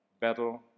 battle